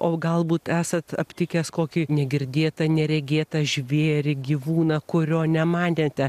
o galbūt esat aptikęs kokį negirdėtą neregėtą žvėrį gyvūną kurio nemanėte